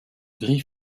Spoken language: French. gris